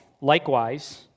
likewise